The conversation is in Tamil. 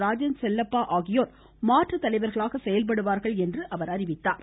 ராஜன் செல்லப்பா ஆகியோர் மாற்றுத்தலைவர்களாக செயல்படுவார்கள் என்றும் அவர் அறிவித்தார்